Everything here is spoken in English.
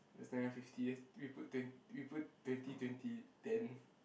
that's not even fifty eh we put twen~ we put twenty twenty ten